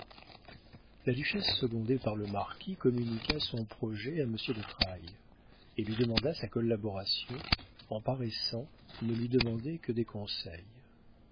la duchesse secondée par le marquis communiqua son projet à monsieur de trailles et lui demanda sa collaboration en paraissant ne lui demander que des conseils